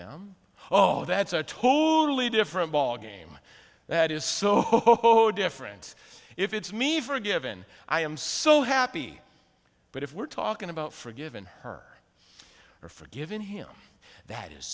them oh that's a totally different ball game that is so different if it's me for a given i am so happy but if we're talking about forgiving her her forgiven him that is